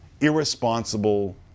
irresponsible